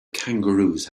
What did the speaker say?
kangaroos